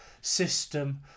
system